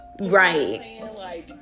Right